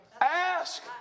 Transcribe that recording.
Ask